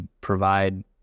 provide